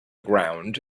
ground